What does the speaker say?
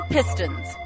Pistons